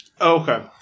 Okay